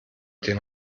den